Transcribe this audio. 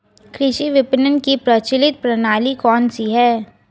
कृषि विपणन की प्रचलित प्रणाली कौन सी है?